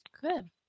Good